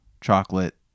chocolate